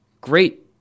Great